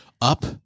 up